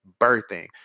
birthing